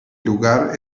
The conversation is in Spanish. lugar